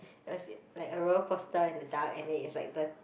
it was it like a roller coaster in the dark and then it's like the